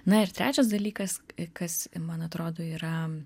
na ir trečias dalykas kas man atrodo yra